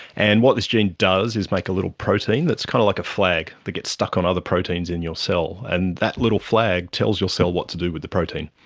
and what this gene does is make a little protein that is kind of like a flag that gets stuck on other proteins in yourself. and that little flag tells your cell what to do with the protein.